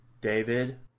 David